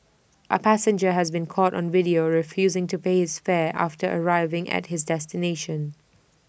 A passenger has been caught on video refusing to pay his fare after arriving at his destination